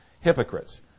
hypocrites